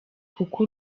kuko